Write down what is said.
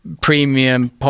premium